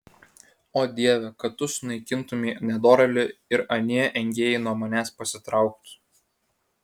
o dieve kad tu sunaikintumei nedorėlį ir anie engėjai nuo manęs pasitrauktų